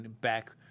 back